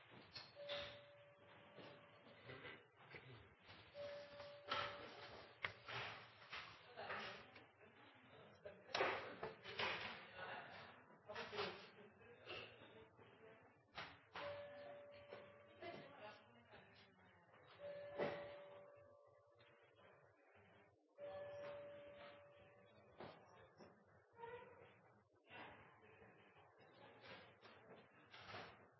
det å